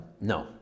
No